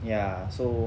ya so